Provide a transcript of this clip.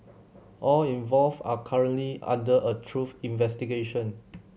all involved are currently under a through investigation